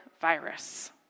virus